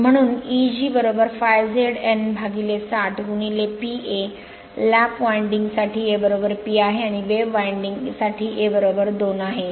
तर म्हणून E g ∅ Z N 60 P A lap winding साठी A P आहे आणि वेव्ह वाइंडिंग साठी A 2 आहे